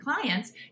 clients